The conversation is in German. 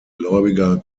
gläubiger